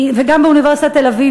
וגם באוניברסיטת תל-אביב,